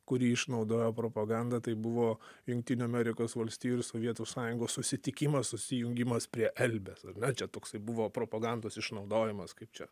kurį išnaudojo propaganda tai buvo jungtinių amerikos valstijų ir sovietų sąjungos susitikimas susijungimas prie elbės ar ne čia toksai buvo propagandos išnaudojimas kaip čia